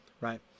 right